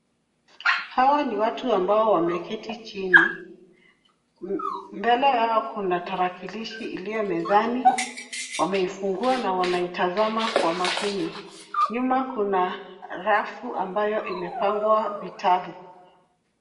Hawa ni watu ambao wameketi chini. Mbele yao, kuna tarakilishi iliyo mezani. Wameifungua na wanaitazama kwa makini. Nyuma kuna rafu ambayo imepangwa vitabu.